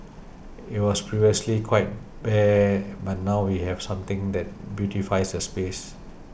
it was previously quite bare but now we have something that beautifies the space